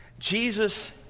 Jesus